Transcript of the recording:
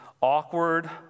Awkward